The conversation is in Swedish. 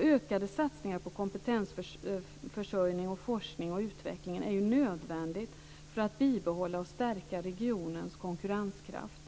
Ökade satsningar på kompetensförsörjning, utveckling och forskning är nödvändiga för att bibehålla och stärka regionens konkurrenskraft.